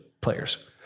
players